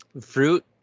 fruit